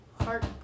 heart